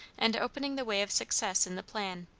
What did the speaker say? and opening the way of success in the plan.